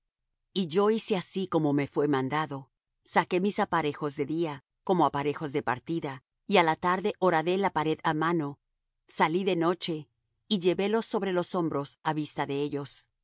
y yo hice así como me fué mandado saqué mis aparejos de día como aparejos de partida y á la tarde horadé la pared á mano salí de noche y llevélos sobre los hombros á vista de ellos